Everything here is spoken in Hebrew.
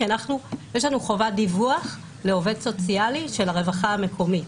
כי יש לנו חובת דיווח לעובד סוציאלי של הרווחה המקומית.